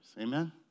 Amen